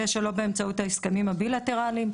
זה שלא באמצעות ההסכמים הבילטרליים.